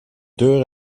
deur